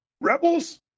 Rebels